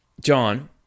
John